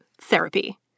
therapy